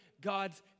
God's